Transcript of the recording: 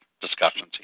discussions